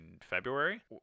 February